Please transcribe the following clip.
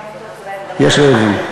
יש רעבים.